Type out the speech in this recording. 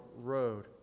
road